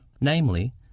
namely